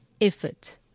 effort